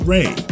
Ray